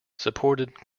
supported